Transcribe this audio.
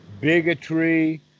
bigotry